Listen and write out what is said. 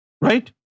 Right